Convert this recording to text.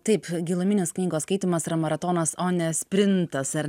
taip giluminės knygos skaitymas yra maratonas o ne sprintas ar